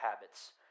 habits